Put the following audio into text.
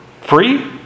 free